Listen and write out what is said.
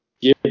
give